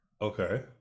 Okay